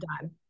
done